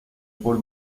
por